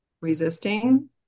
resisting